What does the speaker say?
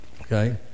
okay